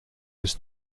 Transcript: was